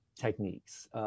techniques